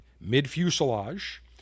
mid-fuselage